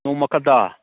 ꯅꯣꯡꯃ ꯈꯛꯇ